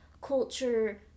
culture